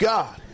God